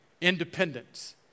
Independence